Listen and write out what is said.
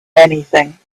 anything